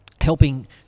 helping